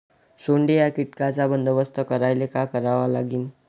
सोंडे या कीटकांचा बंदोबस्त करायले का करावं लागीन?